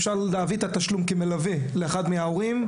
אפשר להביא את התשלום כמלווה לאחד מההורים,